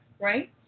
right